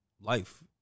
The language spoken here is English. life